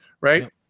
Right